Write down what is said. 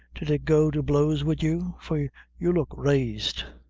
did it go to blows wid you, for you looked raised?